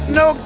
no